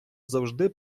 завжди